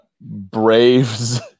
Braves